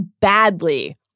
badly